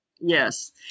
Yes